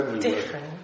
different